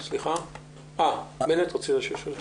אתה רוצה לשאול?